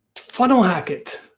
funnel hack it,